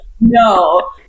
No